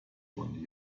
von